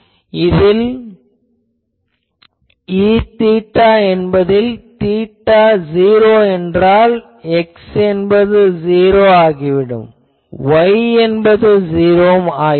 எனவே இந்த Eθ என்பதில் தீட்டா '0' என்றால் X என்பது '0' ஆகிவிடும் Y என்பது '0' ஆகிவிடும்